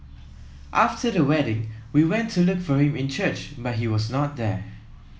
after the wedding we went to look for him in church but he was not there